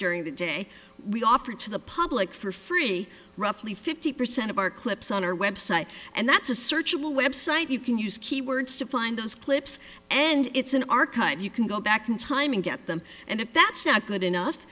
during the day we offer to the public for free roughly fifty percent of our clips on our website and that's a searchable website you can use keywords to find those clips and it's an archive you can go back in time and get them and if that's not good enough